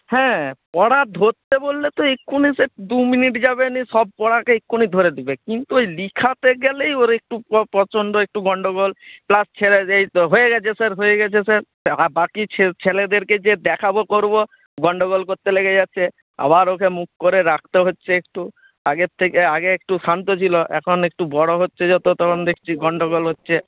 হ্যাঁ পড়া ধরতে বললে তো এখনই সে দুমিনিট যাবে না সব পড়াকে এখনই ধরে দেবে কিন্তু লেখাতে গেলেই ওর একটু প্রচণ্ড একটু গণ্ডগোল প্লাস এই তো হয়ে গেছে স্যার হয়ে গেছে স্যার আর বাকি ছেলেদেরকে যে দেখাব করব গণ্ডগোল করতে লেগে যাচ্ছে আবার ওকে মুখ করে রাখতে হচ্ছে একটু আগের থেকে আগে একটু শান্ত ছিল এখন একটু বড় হচ্ছে যত তখন দেখছি গণ্ডগোল হচ্ছে